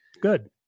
Good